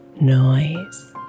noise